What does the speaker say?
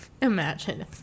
imagine